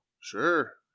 Sure